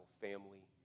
family